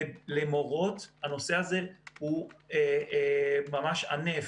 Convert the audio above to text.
למורות הנושא הזה הוא ממש ענף,